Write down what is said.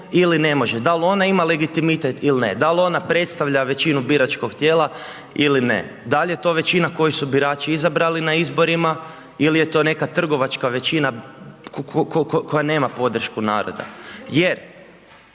ili ne može, da li ona ima legitimitet ili ne, da li ona predstavlja većinu biračkog tijela ili ne, da li je to većina koju su birači izabrali na izborima ili je to neka trgovačka većina koja nema podršku naroda jer